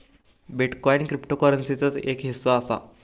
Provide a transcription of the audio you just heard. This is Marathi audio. बिटकॉईन क्रिप्टोकरंसीचोच एक हिस्सो असा